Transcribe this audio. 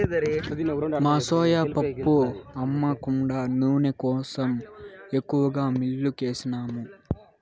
మా సోయా పప్పు అమ్మ కుండా నూనె కోసరం ఎక్కువగా మిల్లుకేసినాము